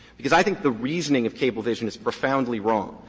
because i think the reasoning of cablevision is profoundly wrong,